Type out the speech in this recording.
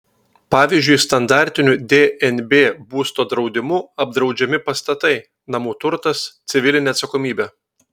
pavyzdžiui standartiniu dnb būsto draudimu apdraudžiami pastatai namų turtas civilinė atsakomybė